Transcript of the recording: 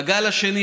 בגל השני,